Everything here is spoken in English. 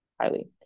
highly